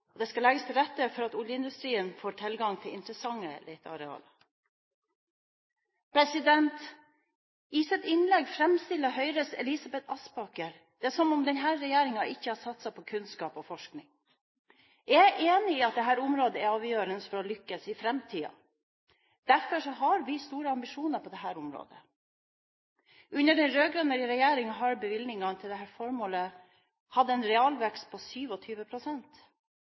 og gass skal opprettholdes. Det skal legges til rette for at oljeindustrien får tilgang til interessante letearealer. I sitt innlegg framstilte Høyres Elisabeth Aspaker det som om denne regjeringen ikke har satset på kunnskap og forskning. Jeg er enig i at dette området er avgjørende for å lykkes i framtiden. Derfor har vi store ambisjoner på dette området. Under den rød-grønne regjeringen har bevilgningene til dette formålet hatt en realvekst på